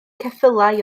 ceffylau